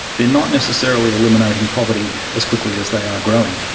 they are not necessarily eliminating poverty as quickly as they are growing.